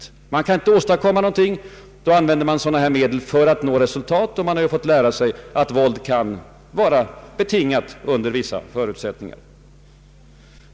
Man anser sig inte kunna åstadkomma någonting. Man anser sig tvingade att använda utomparlamentariska medel för att nå resultat. Och man har fått lära sig att våld kan vara berättigat under vissa förutsättningar.